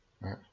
right